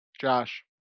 Josh